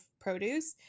produce